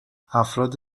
افراد